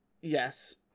yes